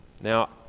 Now